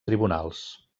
tribunals